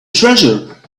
treasure